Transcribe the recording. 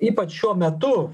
ypač šiuo metu